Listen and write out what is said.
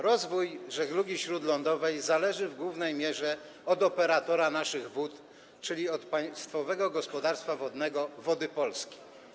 Rozwój żeglugi śródlądowej zależy w głównej mierze od operatora naszych wód, czyli od Państwowego Gospodarstwa Wodnego Wody Polskie.